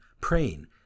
praying